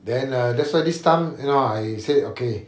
then uh that's why this time you know I said okay